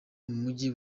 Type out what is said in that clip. mumujyi